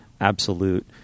absolute